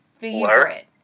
favorite